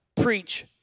preach